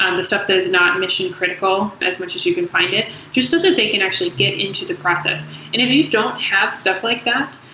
um the stuff that is not mission critical as much as you can find it just so that they can actually get into the process. if you don't have stuff like that,